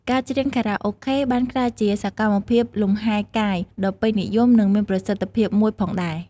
ការច្រៀងខារ៉ាអូខេបានក្លាយជាសកម្មភាពលំហែកាយដ៏ពេញនិយម និងមានប្រសិទ្ធភាពមួយផងដែរ។